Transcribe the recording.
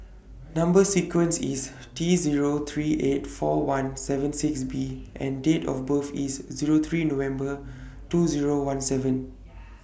Number sequence IS T Zero three eight four one seven six B and Date of birth IS Zero three November two Zero one seven